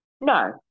No